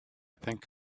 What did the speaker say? think